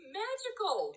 magical